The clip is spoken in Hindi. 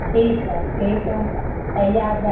ठीक है ठीक तैयार र